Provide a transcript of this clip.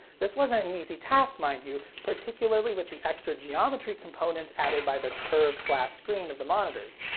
this wasn't an easy task, mind you, particularly with the extra geometry component added by the curved glass screens of the monitors,